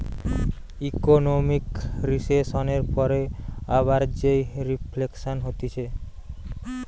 economic রিসেসনের পরে আবার যেই রিফ্লেকশান হতিছে